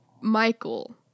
Michael